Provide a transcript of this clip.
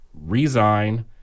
resign